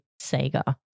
Sega